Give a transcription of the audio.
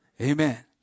Amen